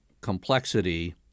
complexity